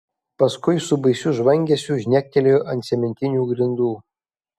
paskui su baisiu žvangesiu žnektelėjo ant cementinių grindų